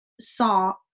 saw